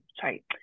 sorry